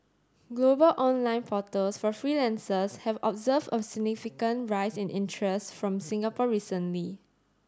global online portals for freelancers have observed a significant rise in interest from Singapore recently